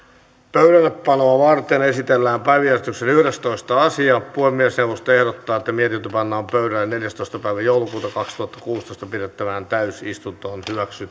pöydällepanoa varten esitellään päiväjärjestyksen yhdestoista asia puhemiesneuvosto ehdottaa että mietintö pannaan pöydälle neljästoista kahdettatoista kaksituhattakuusitoista pidettävään täysistuntoon